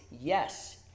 yes